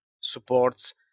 supports